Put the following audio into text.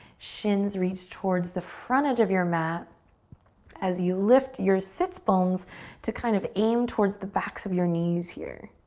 shins reach towards the front end of your mat as you lift your sits bones to kind of aim towards the backs of your knees here.